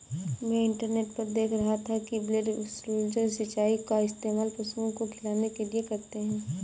मैं इंटरनेट पर देख रहा था कि ब्लैक सोल्जर सिलाई का इस्तेमाल पशुओं को खिलाने के लिए करते हैं